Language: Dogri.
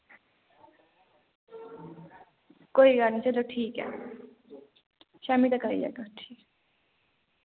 कोई गल्ल निं चलो ठीक ऐ शाम्मीं तगर आई जाह्गा